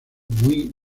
muy